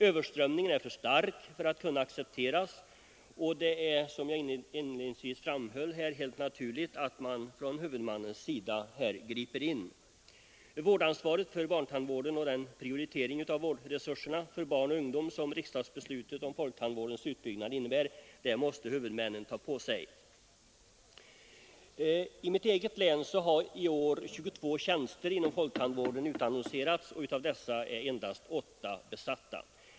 Överströmningen är för stark för att kunna accepteras, och det är — som jag inledningsvis framhöll — helt naturligt att man från huvudmannens sida griper in. Vårdansvaret för barntandvården och den prioritering av vårdresurserna för barn och ungdom som riksdagsbeslutet om folktandvårdens utbyggnad innebär måste huvudmännen ta på sig. I mitt eget län har i år 22 tjänster inom folktandvården utannonserats. Av dessa är endast 8 besatta.